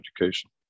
education